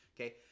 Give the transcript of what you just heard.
Okay